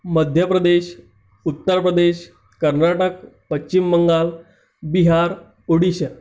Madhya Pradesh Uttarpradesh Karnataka Pashchim Bangal Bihar Odisha